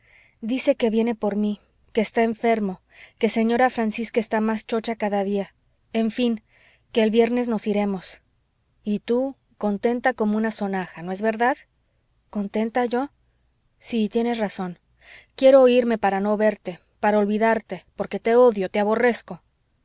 dice que viene por mí que está enfermo que señora francisca está más chocha cada día en fin que el viernes nos iremos y tú contenta como una sonaja no es verdad contenta yo sí tienes razón quiero irme para no verte para olvidarte porque te odio te aborrezco